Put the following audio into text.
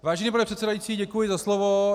Vážený pane předsedající, děkuji za slovo.